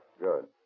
Good